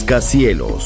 cielos